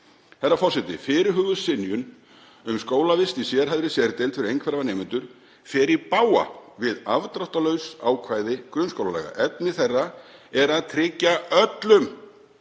Herra forseti. Fyrirhuguð synjun um skólavist í sérhæfðri deild fyrir einhverfa nemendur fer í bága við afdráttarlaus ákvæði grunnskólalaga. Efni þeirra er að tryggja öllum